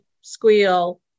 squeal